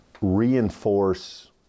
reinforce